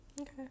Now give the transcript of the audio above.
Okay